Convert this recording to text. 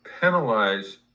penalize